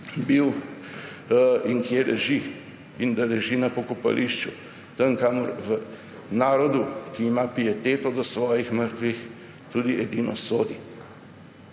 bil, in kje leži. In da leži na pokopališču, tam, kamor v narodu, ki ima pieteto do svojih mrtvih, tudi edino sodi.